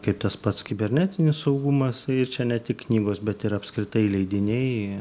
kaip tas pats kibernetinis saugumas ir čia ne tik knygos bet ir apskritai leidiniai